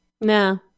No